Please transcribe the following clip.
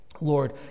Lord